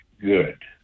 good